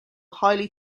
highly